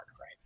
right